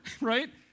right